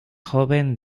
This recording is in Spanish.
joven